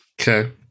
Okay